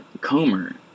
Comer